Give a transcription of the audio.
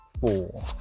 four